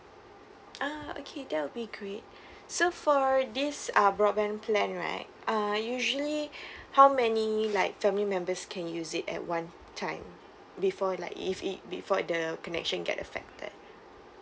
ah okay that will be great so for this ah broadband plan right uh usually how many like family members can use it at one time before like if it before the connection get affected